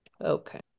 Okay